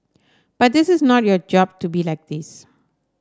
but this is not your job to be like this